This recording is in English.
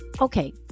okay